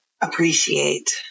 appreciate